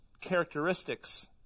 characteristics